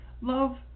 love